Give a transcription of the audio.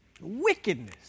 wickedness